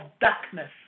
darkness